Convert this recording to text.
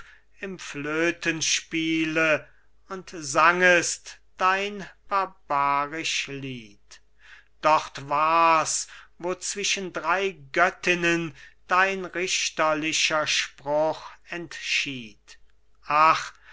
im flötenspiele und sangest dein barbarisch lied dort war's wo zwischen drei göttinnen dein richterlicher spruch entschied ach